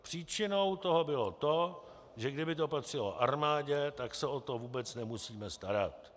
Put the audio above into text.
Příčinou toho bylo to, že kdyby to patřilo armádě, tak se o to vůbec nemusíme starat.